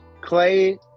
Clay